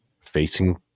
facing